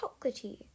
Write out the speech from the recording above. chocolatey